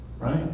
Right